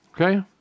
Okay